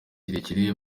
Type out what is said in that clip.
kirekire